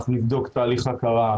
אנחנו נבדוק תהליך הכרה,